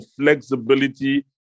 flexibility